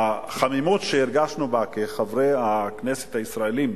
החמימות שהרגשנו כחברי הכנסת הישראלים,